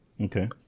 Okay